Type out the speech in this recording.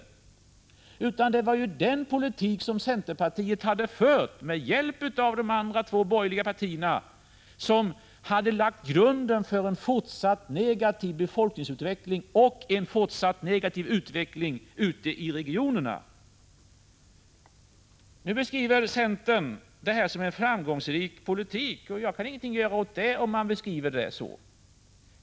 Detta var ju den politik som centerpartiet hade fört med hjälp av de andra borgerliga partierna och som hade lagt grunden till en fortsatt negativ befolkningsutveckling och en fortsatt negativ utveckling ute i regionerna. Nu beskriver centern det här som en framgångsrik politik, och.jag kan inte göra någonting åt det.